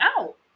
out